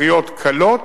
לתקריות קלות,